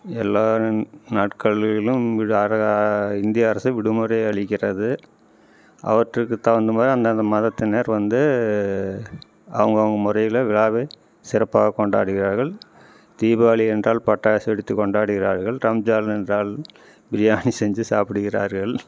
எல்லா நாட்களிலும் இந்திய அரசு விடுமுறை அளிக்கிறது அவற்றுக்கு தகுந்த மாதிரி அந்த அந்த மதத்தினர் வந்து அவுங்கவங்க முறையில் விழாவை சிறப்பாக கொண்டாடுகிறார்கள் தீபாவளி என்றால் பட்டாசு வெடித்து கொண்டாடுகிறார்கள் ரம்ஜான் என்றால் பிரியாணி செஞ்சு சாப்பிடுகிறார்கள்